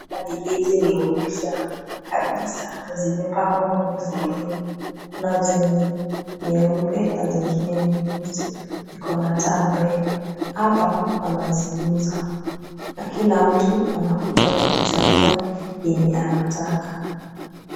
Gari hizi ni mpya kabisa na zimepangwa kwenye foleni. Kuna zenye nyeupe na zingine ni nyeusi, ziko na taa mbele. Hapa wanaziuza na kila mtu anakuja tu kuchagua yenye anataka.